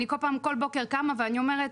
אני כל בוקר קמה ואני אומרת